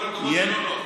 בוא למקומות שלא נוח לך.